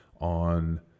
on